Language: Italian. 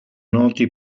noti